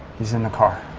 he's in the car.